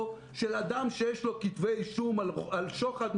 של אדם שיש לו כתבי אישום על שוחד,